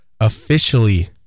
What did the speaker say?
officially